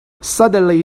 suddenly